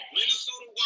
Minnesota